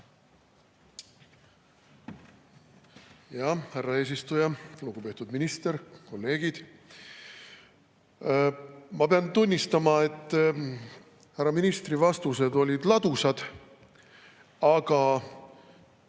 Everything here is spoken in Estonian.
Härra eesistuja! Lugupeetud minister! Kolleegid! Ma pean tunnistama, et härra ministri vastused olid ladusad, aga